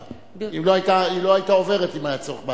היא לא היתה עוברת אם היה צורך בהצבעה.